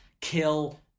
kill